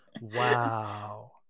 Wow